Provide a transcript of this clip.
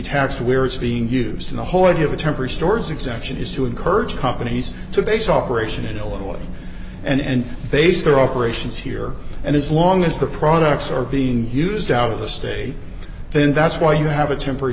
taxed where it's being used in the whole idea of a temporary stores exemption is to encourage companies so based operation in illinois and base their operations here and as long as the products are being used out of the state then that's why you have a temporary